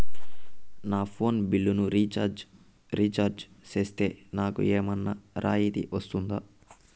నా ఫోను బిల్లును recharge recharge సేస్తే, నాకు ఏమన్నా రాయితీ వస్తుందా?